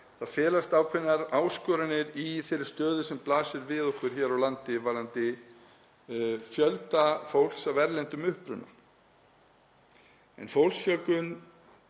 það felast ákveðnar áskoranir í þeirri stöðu sem blasir við okkur hér á landi varðandi fjölda fólks af erlendum uppruna. Fólksfjölgun